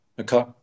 Okay